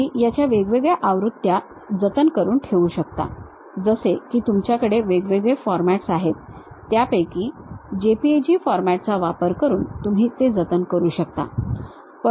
तुम्ही याच्या वेगवेगळ्या आवृत्त्या जतन करून ठेवू शकता जसे की तुमच्याकडे वेगवेगळे फॉरमॅट्स आहेत त्यापैकी JPEG फॉरमॅट चा वापर करून तुम्ही ते जतन करू शकता